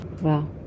Wow